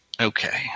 Okay